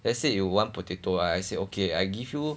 let's say you want potato ah I say okay I give you